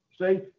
See